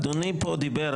אדוני פה דיבר,